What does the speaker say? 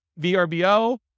VRBO